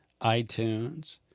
iTunes